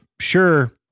sure